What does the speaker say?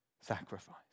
sacrifice